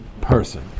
person